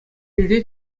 енре